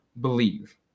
believe